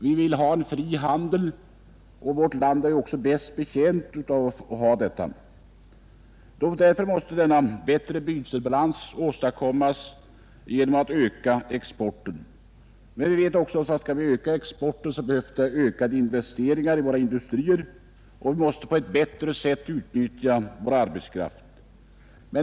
Vi vill ha en fri handel. Vårt land är bäst betjänt av detta. En bättre bytesbalans måste åstadkommas via en ökning av exporten. Härför behövs ökade industriinvesteringar och ett bättre utnyttjande av vår arbetskraft.